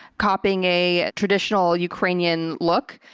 copying a traditional ukrainian look.